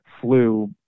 flu